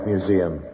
Museum